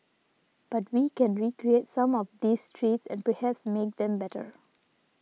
but we can recreate some of these treats and perhaps make them better